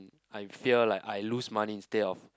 I fear like I lose money instead of